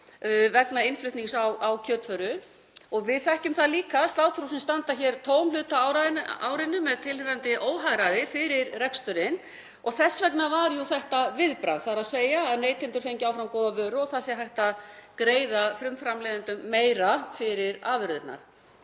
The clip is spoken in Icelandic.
vegna innflutnings á kjötvöru. Við þekkjum það líka að sláturhúsin standa hér tóm hluta af árinu með tilheyrandi óhagræði fyrir reksturinn. Þess vegna var jú þetta viðbragð, til að neytendur fengju áfram góða vöru og það væri hægt að greiða frumframleiðendum meira fyrir afurðirnar.